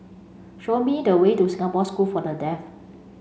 show me the way to Singapore School for the Deaf